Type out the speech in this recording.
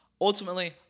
Ultimately